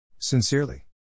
Sincerely